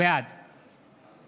בעד